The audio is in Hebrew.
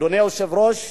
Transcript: אדוני היושב-ראש,